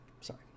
sorry